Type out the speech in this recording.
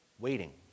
waiting